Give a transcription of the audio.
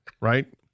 Right